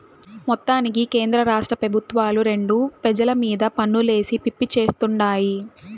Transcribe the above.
మొత్తానికి కేంద్రరాష్ట్ర పెబుత్వాలు రెండు పెజల మీద పన్నులేసి పిప్పి చేత్తుండాయి